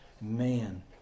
Man